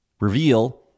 REVEAL